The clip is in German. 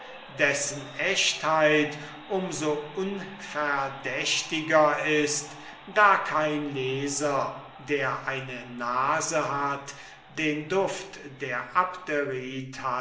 dessen echtheit um so weniger verdächtig ist da kein leser der eine nase hat den duft der